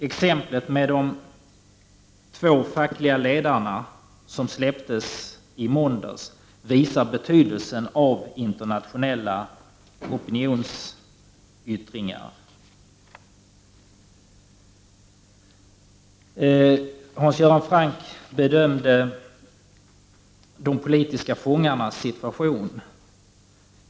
Exemplet med de två fackliga ledarna som släpptes i måndags visar betydelsen av internationella opinionsyttringar. Hans Göran Franck bedömde de politiska fångarnas situation.